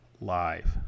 live